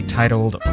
titled